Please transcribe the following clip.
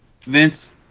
Vince